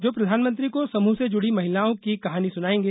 जो प्रधानमंत्री को समूह से जुड़ी महिलाओ की कहानी सुनाएगी